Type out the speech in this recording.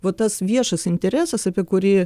va tas viešas interesas apie kurį